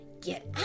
Get